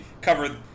cover